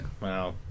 Wow